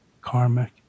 karmic